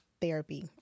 therapy